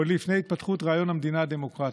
עוד לפני התפתחות רעיון המדינה הדמוקרטית: